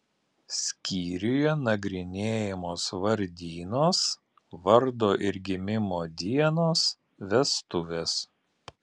skyriuje nagrinėjamos vardynos vardo ir gimimo dienos vestuvės